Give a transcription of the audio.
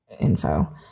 info